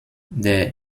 der